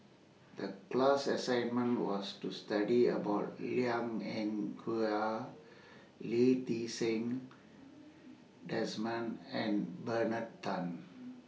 The class assignment was to study about Liang Eng Hwa Lee Ti Seng Desmond and Bernard Tan